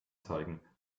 zeigen